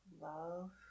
love